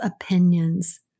opinions